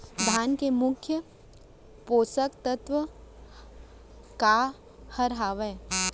धान के मुख्य पोसक तत्व काय हर हावे?